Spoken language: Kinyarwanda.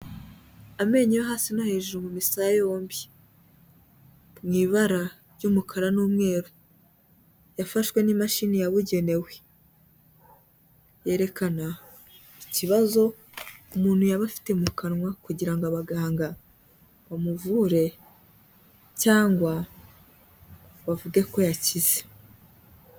Amenyo yo hasi no hejuru mu misaya yombi, mu ibara ry'umukara n'umweru. Yafashwe n'imashini yabugenewe, yerekana ikibazo umuntu yaba afite mu kanwa kugira ngo abaganga bamuvure cyangwa bavuge ko yakize.